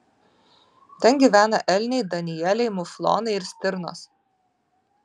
ten gyvena elniai danieliai muflonai ir stirnos